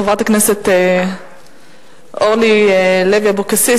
חברת הכנסת אורלי לוי אבקסיס,